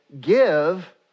Give